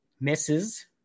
misses